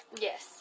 Yes